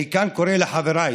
אני קורא מכאן לחבריי